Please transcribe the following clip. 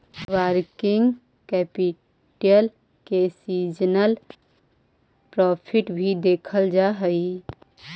working capital में seasonal profit भी देखल जा हई